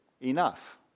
enough